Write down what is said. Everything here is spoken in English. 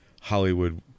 Hollywood